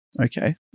Okay